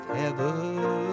heaven